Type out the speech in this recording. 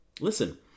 Listen